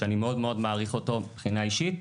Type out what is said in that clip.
שאני מאוד מאוד מעריך אותו מבחינה אישית,